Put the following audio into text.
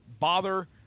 bother